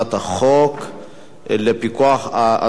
הצעת חוק הפיקוח על